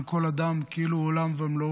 כל אדם כאילו הוא או היא עולם ומלואו,